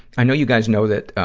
i know you guys know that, ah,